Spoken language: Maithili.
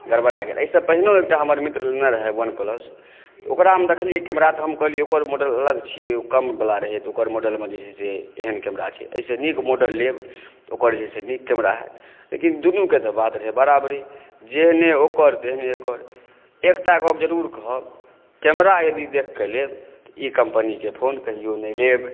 गड़बड़ा गेल एहिसँ पहिने एकटा हमर मित्र लेने रहै वन प्लस ओकरा हम देखलिए कैमरा तऽ हम कहलिए ओकर मॉडल अलग छियै ओ कमवला रहै तऽ ओकर मॉडलमे जे छै से एहन कैमरा छै एहिसँ नीक मॉडल लेब ओकर जे छै नीक कैमरा हैत लेकिन दुनूक तऽ बात रहै बराबरे जेहने ओकर तेहने एकर एकटा गप ज़रूर कहब कैमरा यदि देखकऽ लेब ई कम्पनीक फ़ोन कहिओ नहि लेब